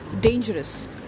dangerous